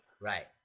Right